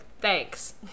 thanks